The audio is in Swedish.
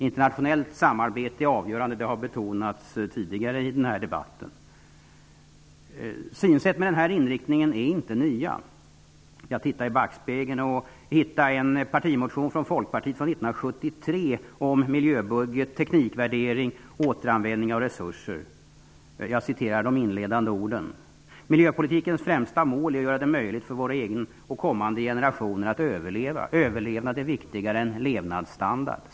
Internationellt samarbete är avgörande. Det har betonats tidigare i den här debatten. Synsätt med den här inriktningen är inte nya. Jag tittade i backspegeln och hittade en partimotion av De inledande orden löd: ''Miljöpolitikens främsta mål är att göra det möjligt för vår egen och kommande generationer att överleva. Överlevnad är viktigare än levnadsstandard.